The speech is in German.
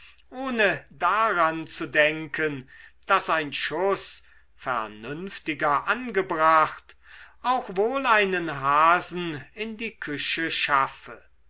ohne daran zu denken daß ein schuß vernünftiger angebracht auch wohl einen hasen in die küche schaffe